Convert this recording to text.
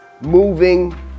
Moving